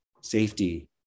safety